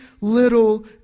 little